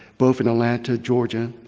both in atlanta, georgia.